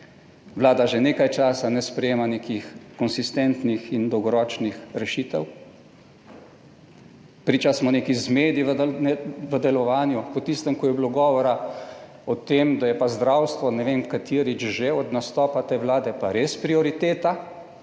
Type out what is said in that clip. Vlada že nekaj časa ne sprejema nekih konsistentnih in dolgoročnih rešitev, priča smo neki zmedi v delovanju. Po tistem ko je bilo govora o tem, da je pa zdravstvo ne vem katerič že od nastopa te Vlade pa res prioriteta,